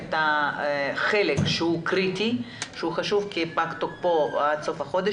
את החלק שהוא קריטי וחשוב כי תוקפו פג בסוף החודש.